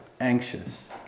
anxious